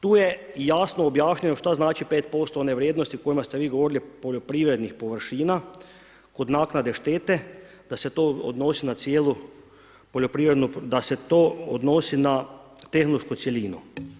Tu je jasno objašnjeno što znači pet posto one vrijednosti o kojima ste vi govorili poljoprivrednih površina kod naknade štete, da se to odnosi na cijelu poljoprivrednu, da se to odnosi na tehnološku cjelinu.